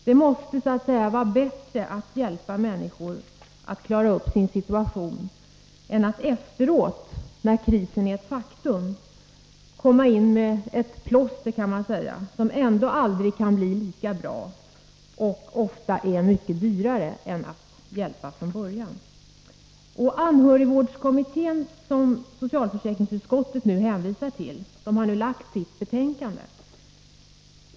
Det måste vara bättre att i ett tidigt skede hjälpa människor att klara upp sin situation än att efteråt, när krisen är ett faktum, komma in med ett ”plåster”, vilket aldrig kan bli en lika bra hjälp och ofta är mycket dyrare. Anhörigvårdskommittén, som socialförsäkringsutskottet hänvisar till, har nu lagt fram sitt betänkande.